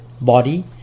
body